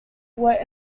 were